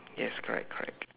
yes correct correct